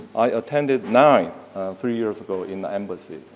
i attended nine three years ago in the embassy,